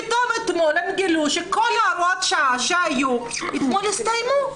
פתאום אתמול הם גילו שכל הוראות השעה שהיו אתמול הסתיימו.